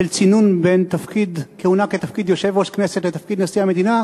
של תקופת צינון בין כהונה בתפקיד יושב-ראש הכנסת לתפקיד נשיא המדינה.